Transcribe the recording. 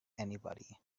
anybody